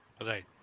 Right